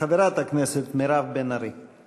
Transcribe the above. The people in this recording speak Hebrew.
חברת הכנסת מירב בן ארי.